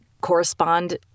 correspond